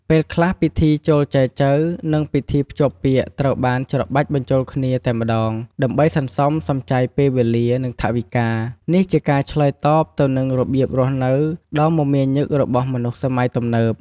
ពេលខ្លះពិធីចូលចែចូវ និងពិធីភ្ជាប់ពាក្យត្រូវបាន ច្របាច់បញ្ចូលគ្នា តែម្ដង ដើម្បីសន្សំសំចៃពេលវេលា និងថវិកា នេះជាការឆ្លើយតបទៅនឹងរបៀបរស់នៅដ៏មមាញឹករបស់មនុស្សសម័យទំនើប។